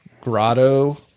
Grotto